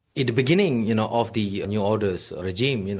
in the beginning you know of the new order regime, you know